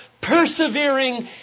persevering